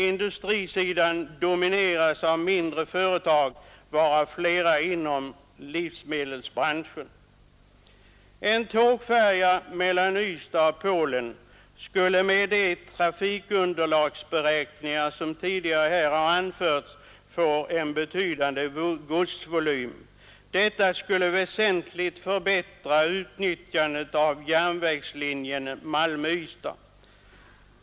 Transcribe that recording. Industrisidan domineras av mindre företag, varav flera inom livsmedelsbranschen. En tågfärja mellan Ystad och Polen skulle med de trafikunderlagsberäkningar som tidigare anförts få en betydande godsvolym. Detta skulle väsentligt förbättra utnyttjandet av järnvägslinjen Ystad—Malmö.